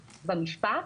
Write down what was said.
במשפט,